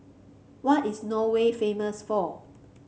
what is Norway famous for